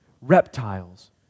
reptiles